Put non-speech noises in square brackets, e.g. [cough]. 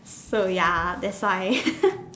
so ya that's why [laughs]